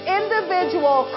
individual